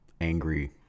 angry